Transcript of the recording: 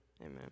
Amen